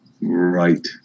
Right